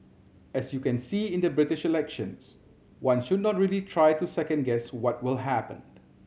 as you can see in the British elections one should not really try to second guess what will happen